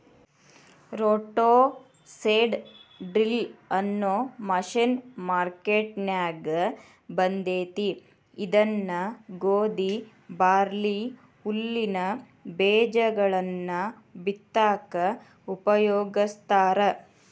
roto seed drill ಅನ್ನೋ machine ಮಾರ್ಕೆನ್ಯಾಗ ಬಂದೇತಿ ಇದನ್ನ ಗೋಧಿ, ಬಾರ್ಲಿ, ಹುಲ್ಲಿನ ಬೇಜಗಳನ್ನ ಬಿತ್ತಾಕ ಉಪಯೋಗಸ್ತಾರ